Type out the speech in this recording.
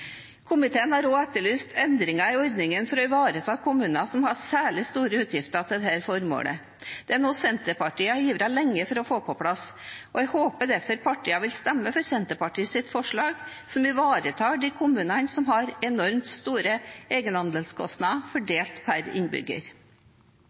Komiteen har også etterlyst endringer i ordningen for å ivareta kommuner som har særlig store utgifter til dette formålet. Det er noe Senterpartiet lenge har ivret for å få på plass. Jeg håper derfor partiene vil stemme for Senterpartiets forslag, som ivaretar de kommuner som har enormt store